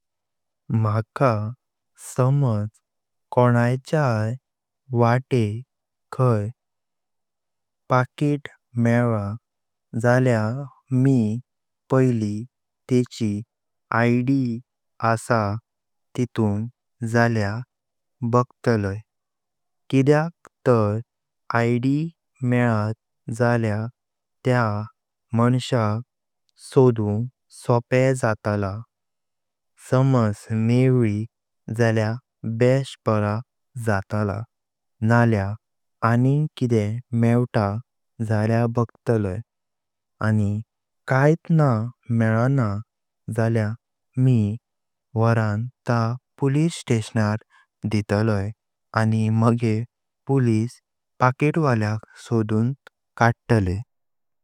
म्हाका समज कोणाचें वाटेक खाय पाकिट मेवळा जाल्या मी पैली तेंची आयडी असा तीतूं जाल्या बगतलाय किद्याक तर आयड मळात जाल्या त्या मांसाक सोडुंग सोप जातला। समज मेवळी जाल्या बेस्ट बरा जातला नाल्या आनीं किदे मेवता जाल्या बगतलाय आनीं कैत नाहीं मळेना जाल्या मी वारान ता पोलिसे स्टेशनार दीतलाय आनीं मागे पोलिस त्या पाकिटवळ्याक सोडुंग काडतले।